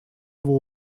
его